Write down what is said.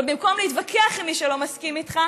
אבל במקום להתווכח עם מי שלא מסכים איתך,